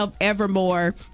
Evermore